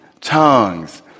tongues